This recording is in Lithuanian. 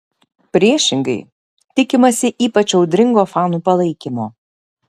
priešingai tikimasi ypač audringo fanų palaikymo